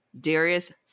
Darius